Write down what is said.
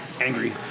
angry